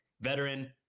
veteran